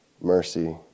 mercy